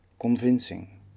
convincing